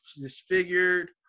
disfigured